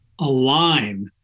align